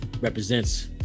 represents